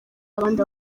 abandi